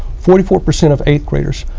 forty four percent of eighth graders,